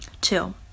two